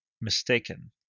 mistaken